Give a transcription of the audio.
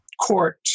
court